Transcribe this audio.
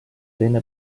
teine